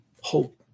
hope